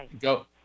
go